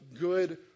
good